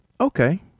Okay